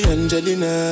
Angelina